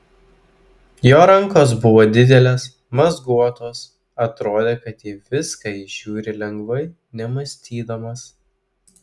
jo rankos buvo didelės mazguotos atrodė kad į viską jis žiūri lengvai nemąstydamas